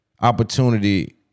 opportunity